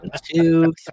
two